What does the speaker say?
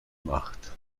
macht